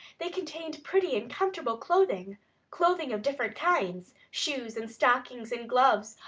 they contained pretty and comfortable clothing clothing of different kinds shoes and stockings and gloves,